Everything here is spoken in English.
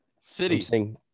City